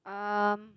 um